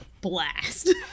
blast